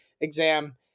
exam